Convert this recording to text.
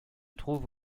trouve